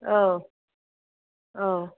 औ औ